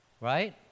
Right